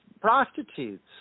prostitutes